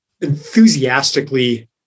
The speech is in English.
enthusiastically